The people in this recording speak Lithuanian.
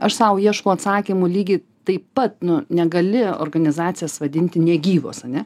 aš sau ieškau atsakymų lygiai taip pat nu negali organizacijos vadinti negyvos ane